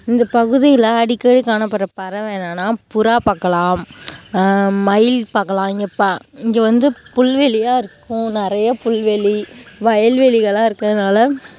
இந்த பகுதியில் அடிக்கடி காணப்படுற பறவை என்னென்னால் புறா பார்க்கலாம் மயில் பார்க்கலாம் இங்கே வந்து புல்வெளியாக இருக்கும் நிறையா புல்வெளி வயல்வெளிகளாக இருக்கிறதுனால